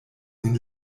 nin